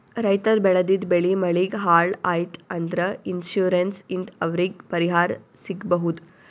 ರೈತರ್ ಬೆಳೆದಿದ್ದ್ ಬೆಳಿ ಮಳಿಗ್ ಹಾಳ್ ಆಯ್ತ್ ಅಂದ್ರ ಇನ್ಶೂರೆನ್ಸ್ ಇಂದ್ ಅವ್ರಿಗ್ ಪರಿಹಾರ್ ಸಿಗ್ಬಹುದ್